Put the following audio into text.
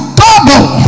double